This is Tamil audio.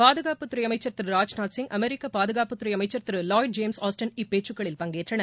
பாதுகாப்புத்துறை அமைச்சா் திரு ராஜ்நாத்சிய் அமெரிக்க பாதுகாப்புத்துறை அமைச்சா் திரு லாயிட் ஜேம்ஸ் ஆஸ்டின் இப்பேச்சுக்களில் பங்கேற்றனர்